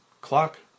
clock